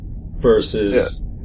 Versus